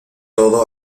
todo